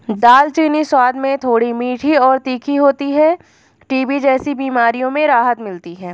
दालचीनी स्वाद में थोड़ी मीठी और तीखी होती है टीबी जैसी बीमारियों में राहत मिलती है